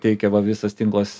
teikia va visas tinklas